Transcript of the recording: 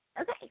Okay